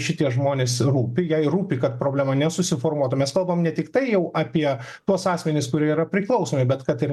šitie žmonės rūpi jai rūpi kad problema nesusiformuotų mes kalbam ne tiktai jau apie tuos asmenis kurie yra priklausomi bet kad ir